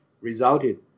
resulted